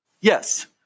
Yes